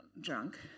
drunk